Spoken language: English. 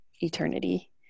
eternity